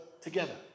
together